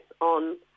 on